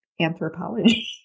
anthropology